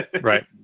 Right